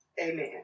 Amen